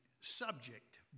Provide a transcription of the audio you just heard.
subject